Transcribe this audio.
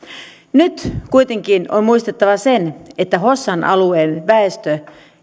nyt kuitenkin on muistettava se että hossan alueen väestö